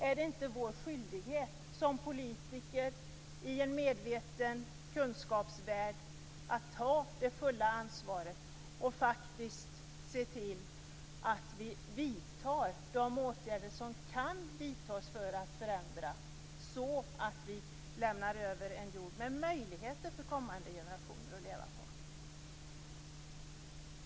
Är det inte vår skyldighet som politiker i en medveten kunskapsvärld att ta det fulla ansvaret och faktiskt se till att vi vidtar de åtgärder som kan vidtas för att förändra så att vi lämnar över en jord med möjligheter för kommande generationer att leva på?